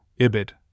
Ibid